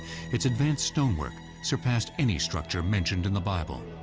its advanced stonework surpassed any structure mentioned in the bible.